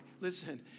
Listen